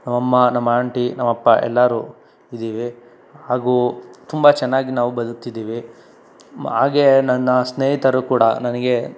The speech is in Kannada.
ನಮ್ಮ ಅಮ್ಮ ನಮ್ಮ ಆಂಟಿ ನಮ್ಮ ಅಪ್ಪ ಎಲ್ಲರೂ ಇದ್ದೀವಿ ಹಾಗೂ ತುಂಬ ಚೆನ್ನಾಗಿ ನಾವು ಬದುಕ್ತಿದ್ದೀವಿ ಬ ಹಾಗೇ ನನ್ನ ಸ್ನೇಹಿತರು ಕೂಡ ನನಗೆ